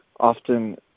often